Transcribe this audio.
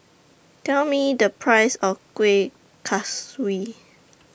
Tell Me The Price of Kueh Kaswi